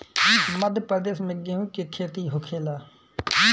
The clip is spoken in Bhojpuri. मध्यप्रदेश में गेहू के खेती होखेला